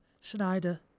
Schneider